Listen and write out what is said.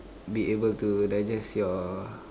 be able to digest your